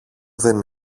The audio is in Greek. δεν